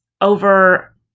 over